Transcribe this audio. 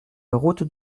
route